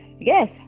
yes